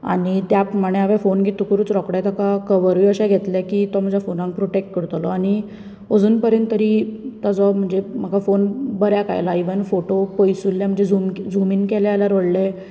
आनी त्या प्रमाणे हांवें फोन घेतकूच रोकडे तेका कवरूय अशे घेतलें की तो म्हज्या फोना प्रॉटॅक्ट करतलो आनी अजून परेन तरी ताजो म्हणजे म्हाका फोन बऱ्याक आयला इवन फोटो पयसुल्ल्यान जर जूम इन केले जाल्यार व्हडले